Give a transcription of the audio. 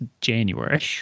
January